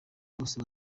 bose